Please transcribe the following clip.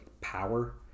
power